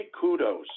kudos